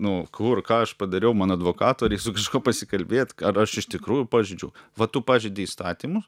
nu kur ką aš padariau man advokato reik su kažkuo pasikalbėt ar aš iš tikrųjų pažeidžiau va tu pažeidi įstatymus